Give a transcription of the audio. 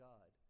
God